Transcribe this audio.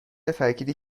فقیری